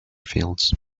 fields